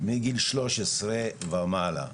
מגיל שלוש עשרה ומעלה.